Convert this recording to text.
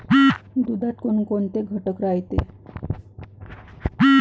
दुधात कोनकोनचे घटक रायते?